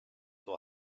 will